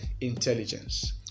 intelligence